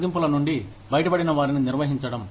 తొలగింపుల నుండి బయటపడిన వారిని నిర్వహించడం